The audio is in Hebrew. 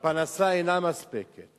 והפרנסה אינה מספקת